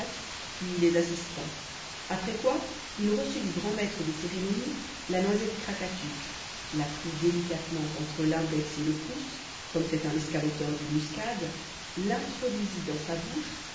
puis les assistants après quoi il reçut du grand maître des cérémonies la noisette krakatuk la prit délicatement entre l'index et le pouce comme fait un escamoteur d'une muscade l'introduisit dans sa bouche